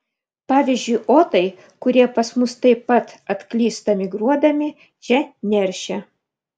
pavyzdžiui otai kurie pas mus taip pat atklysta migruodami čia neršia